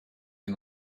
can